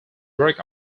break